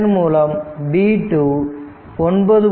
இதன் மூலம் v 2 9